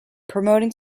promoting